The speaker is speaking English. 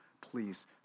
Please